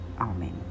Amen